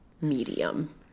medium